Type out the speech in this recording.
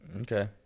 Okay